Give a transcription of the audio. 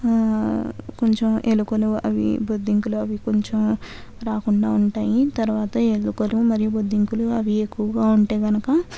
కొంచెం ఎలుకలు అవి బొద్దింకలు అవి కొంచెం రాకుండా ఉంటాయి తరవాత ఎలుకలు మరియు బొద్దింకలు అవి ఎక్కువుగా ఉంటే గనుక